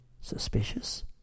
suspicious